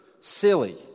silly